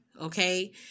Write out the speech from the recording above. okay